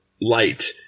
light